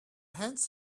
hands